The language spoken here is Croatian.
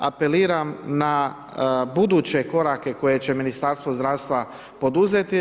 Apeliram na buduće korake koje će Ministarstvo zdravstva poduzeti.